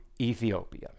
Ethiopia